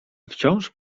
wciąż